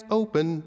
open